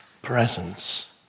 presence